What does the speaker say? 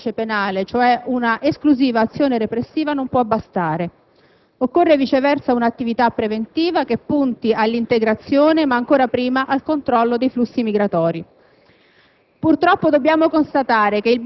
Ecco perché la mera applicazione del codice penale, cioè una esclusiva azione repressiva, non può bastare. Occorre viceversa un'attività preventiva che punti all'integrazione ma ancora prima al controllo dei flussi migratori.